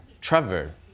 Trevor